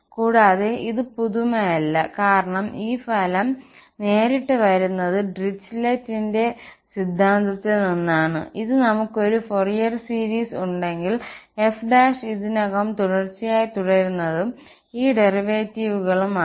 കൂടാതെ ഇത് പുതുമയല്ല കാരണം ഈ ഫലം നേരിട്ട് വരുന്നത് Dirichlet ന്റെ സിദ്ധാന്തത്തിൽ നിന്നാണ് ഇത് നമുക്ക് ഒരു ഫോറിയർ സീരീസ് ഉണ്ടെങ്കിൽ f ഇതിനകം തുടർച്ചയായി തുടരുന്നതും ഈ ഡെറിവേറ്റീവുകളും ആണ്